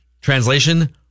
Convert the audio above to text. Translation